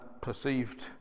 perceived